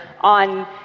on